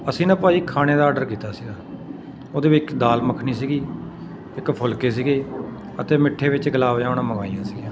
ਅਸੀਂ ਨਾ ਭਾਅ ਜੀ ਖਾਣੇ ਦਾ ਆਰਡਰ ਕੀਤਾ ਸੀਗਾ ਉਹਦੇ ਵਿੱਚ ਦਾਲ ਮੱਖਣੀ ਸੀਗੀ ਇੱਕ ਫੁਲਕੇ ਸੀਗੇ ਅਤੇ ਮਿੱਠੇ ਵਿੱਚ ਗੁਲਾਬ ਜਾਮੁਨਾਂ ਮੰਗਵਾਈਆਂ ਸੀਗੀਆਂ